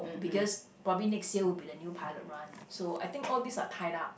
because probably next year will be the new pilot run so I think all these are tied up